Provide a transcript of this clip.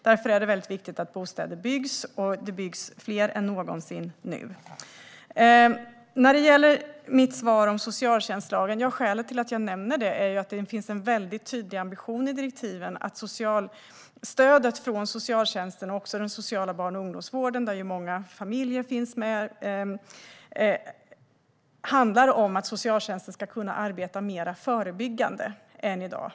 Därför är det viktigt att bostäder byggs, och det byggs mer än någonsin nu. När det gäller mitt svar om socialtjänstlagen är skälet till att jag nämner den att det finns en tydlig ambition i direktiven att stödet från socialtjänsten och också den sociala barn och ungdomsvården, där ju många familjer finns med, ska vara mer förebyggande än i dag.